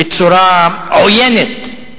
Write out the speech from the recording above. בצורה עוינת,